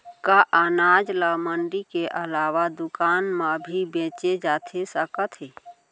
का अनाज ल मंडी के अलावा दुकान म भी बेचे जाथे सकत हे?